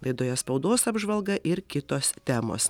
laidoje spaudos apžvalga ir kitos temos